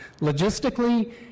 Logistically